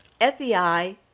fbi